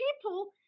people